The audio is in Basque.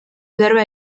berba